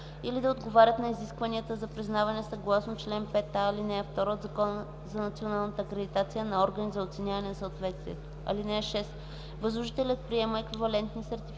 или да отговарят на изискванията за признаване съгласно чл. 5а, ал. 2 от Закона за националната акредитация на органи за оценяване на съответствието. (6) Възложителят приема еквивалентни сертификати,